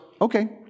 okay